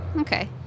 Okay